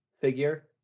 figure